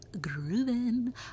grooving